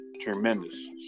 tremendous